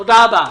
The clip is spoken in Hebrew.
תודה רבה.